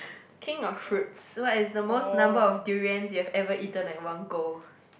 king of fruits what is the most number of durians you have ever eaten at one goal